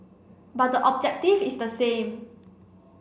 but the objective is the same